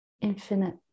infinite